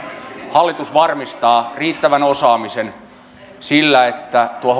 hallitus varmistaa riittävän osaamisen sillä että tuo